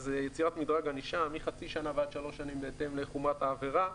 אז יצירת מדרג ענישה מחצי שנה ועד שלוש שנים בהתאם לחומרת העבירה,